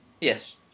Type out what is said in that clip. Yes